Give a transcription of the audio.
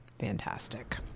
fantastic